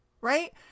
Right